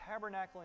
tabernacling